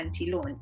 launch